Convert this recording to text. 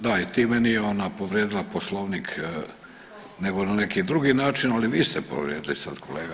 Da i time nije ona povrijedila Poslovnik nego na neki drugi način, ali vi ste povrijedili sad kolega.